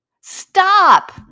Stop